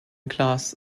class